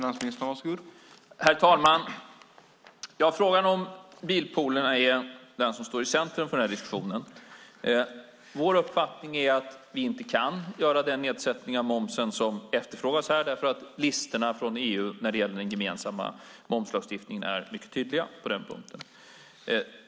Herr talman! Frågan om bilpoolerna är det som står i centrum för den här diskussionen. Vår uppfattning är att vi inte kan göra den nedsättning av momsen som efterfrågas här eftersom listorna från EU beträffande den gemensamma momslagstiftningen är mycket tydliga på den punkten.